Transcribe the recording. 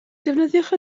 defnyddiwch